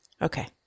Okay